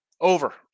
Over